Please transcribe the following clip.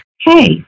hey